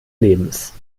lebens